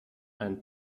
einen